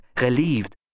relieved